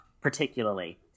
particularly